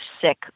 sick